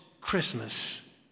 Christmas